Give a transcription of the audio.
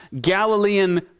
Galilean